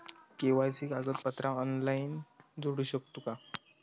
KYC कागदपत्रा online जोडू शकतू का?